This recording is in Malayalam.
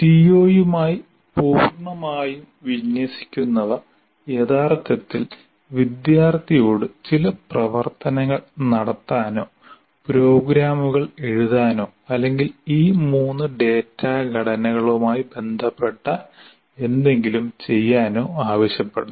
സിഒയുമായി പൂർണ്ണമായും വിന്യസിക്കുന്നവ യഥാർത്ഥത്തിൽ വിദ്യാർത്ഥിയോട് ചില പ്രവർത്തനങ്ങൾ നടത്താനോ പ്രോഗ്രാമുകൾ എഴുതാനോ അല്ലെങ്കിൽ ഈ മൂന്ന് ഡാറ്റാ ഘടനകളുമായി ബന്ധപ്പെട്ട എന്തെങ്കിലും ചെയ്യാനോ ആവശ്യപ്പെടണം